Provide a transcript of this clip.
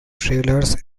trailers